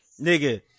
nigga